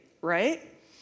right